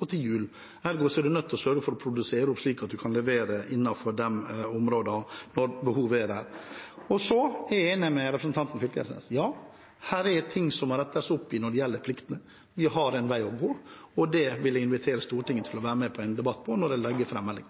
og til jul. Ergo er man nødt til å sørge for å produsere opp slik at man kan levere innenfor de områdene når behovet er der. Og så er jeg enig med representanten Knag Fylkesnes: Ja, her er ting som må rettes opp i når det gjelder pliktene. Vi har en vei å gå, og det vil jeg invitere Stortinget til å være med på en debatt om når jeg legger fram melding.